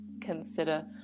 consider